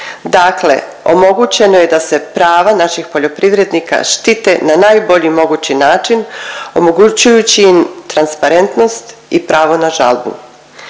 Dakle, omogućeno je da se prava naših poljoprivrednika štite na najbolji mogući način omogućujući im transparentnost i pravo na žalbu.